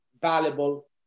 valuable